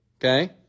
okay